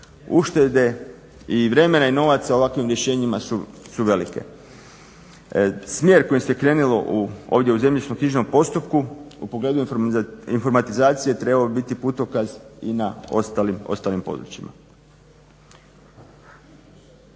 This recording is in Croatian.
uštede i vremena i novaca ovakvim rješenjima su velike. Smjer kojim se krenulo ovdje u zemljišnoknjižnom postupku u pogledu informatizacije trebao bi biti putokaz i na ostalim područjima.